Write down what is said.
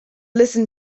listen